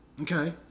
Okay